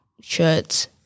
shirts